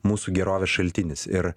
mūsų gerovės šaltinis ir